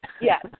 Yes